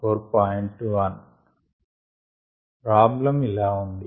1 problem ఇలా ఉంది